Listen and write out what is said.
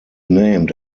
named